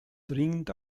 dringend